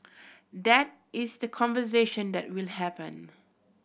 that is the conversation that will happen